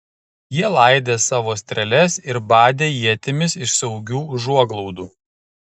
jie laidė savo strėles ir badė ietimis iš saugių užuoglaudų